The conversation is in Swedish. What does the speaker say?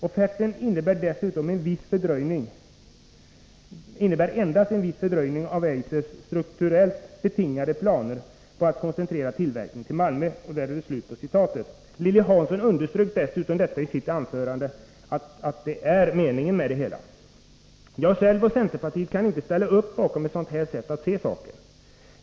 Offerten innebär endast en viss fördröjning av Eisers strukturellt betingade planer på att koncentrera tillverkningen av tunna damstrumpor till Malmö.” Lilly Hansson underströk dessutom i sitt anförande att det är meningen med det hela. Jag själv och centerpartiet kan inte ställa upp bakom ett sådant sätt att se saken.